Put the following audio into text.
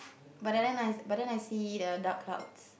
but then I but then I see the dark clouds